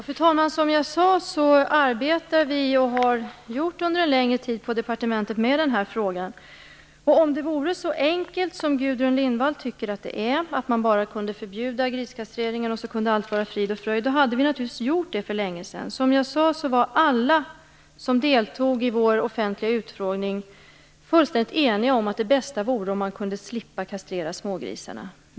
Fru talman! Som jag sade arbetar vi, och har så gjort under en längre tid, på departementet med den här frågan. Om det vore så enkelt som Gudrun Lindvall tycker att det är, att man bara kan förbjuda griskastreringen och så blir allt frid och fröjd hade vi naturligtvis gjort det för länge sedan. Som jag sade var alla som deltog i vår offentliga utfrågning fullständigt eniga om att det bästa vore om man kunde slippa kastrera smågrisarna.